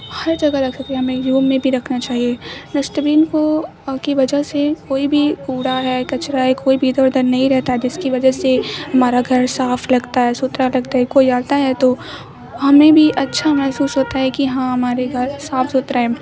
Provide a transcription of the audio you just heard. ہر جگہ رکھ سکتے ہیں ہم ایک روم میں بھی رکھنا چاہیے ڈسٹ بین کو کی وجہ سے کوئی بھی کوڑا ہے کچرا ہے کوئی بھی ادھر ادھر نہیں رہتا جس کی وجہ سے ہمارا گھر صاف لگتا ہے ستھرا لگتا ہے کوئی آتا ہے تو ہمیں بھی اچھا محسوس ہوتا ہے کہ ہاں ہمارے گھر صاف ستھرا ہے